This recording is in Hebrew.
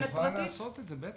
חובה לעשות את זה, בטח.